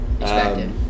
expected